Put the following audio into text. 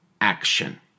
action